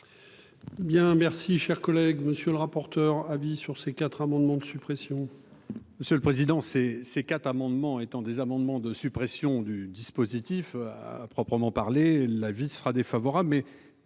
Bien merci chers collègue monsieur le rapporteur. Avis sur ces quatre amendements de suppression.